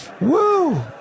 woo